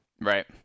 Right